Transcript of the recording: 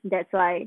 that's why